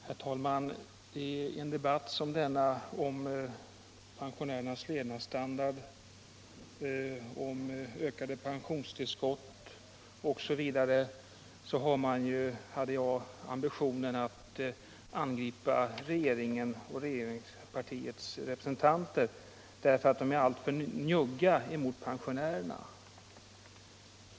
Herr talman! I en debatt som denna om pensionärernas levnadsstandard, om ökade pensionstillskott osv. har jag ambitionen att angripa regeringen och regeringspartiets representanter därför att de är alltför njugga mot pensionärerna.